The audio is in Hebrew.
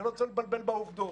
ולא צריך להתבלבל בעובדות.